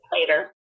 later